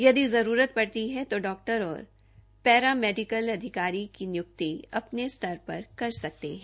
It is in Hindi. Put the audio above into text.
यदि जरूरत पड़ती है तो डॉक्टर और पैरामेडिकल की निय्क्ति अपने स्तर पर कर सकते हैं